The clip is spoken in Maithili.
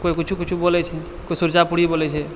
कोइ कुछो कुछो बोलै छै कोइ सुरजा पूरी बोलै छै